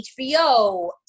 HBO